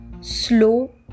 slow